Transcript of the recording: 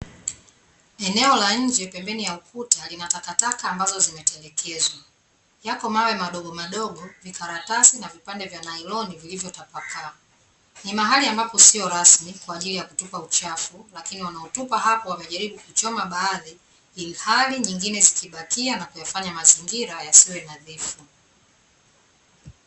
Eneo la nje pembeni ya ukuta, lina takataka ambazo zimetelekezwa. Yako mawe madogomadogo, vikaratasi na vipande vya nailoni vilivyotapakaa. Ni mahali ambapo sio rasmi kwa ajili ya kutupa uchafu, lakini wanaotupa hapo wamejaribu kuchoma baaadhi ili hali nyingine zikibakia na kuyafanya mazingira yasiwe nadhifu.